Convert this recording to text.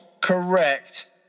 correct